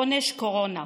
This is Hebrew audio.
עונש קורונה.